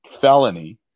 felony